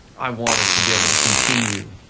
i wanted to be able to continue